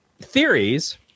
theories